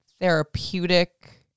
therapeutic